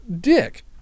Dick